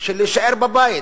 של להישאר בבית,